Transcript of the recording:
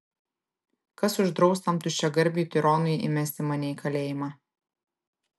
kas uždraus tam tuščiagarbiui tironui įmesti mane į kalėjimą